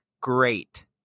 great